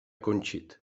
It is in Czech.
končit